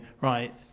right